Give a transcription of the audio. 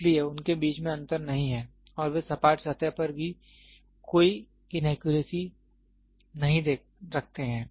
इसलिए उनके बीच में अंतर नहीं है और वे सपाट सतह पर भी कोई इनएक्यूरेसी नहीं रखते हैं